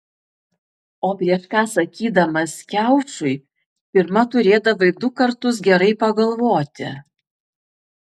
o prieš ką sakydamas kiaušui pirma turėdavai du kartus gerai pagalvoti